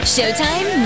Showtime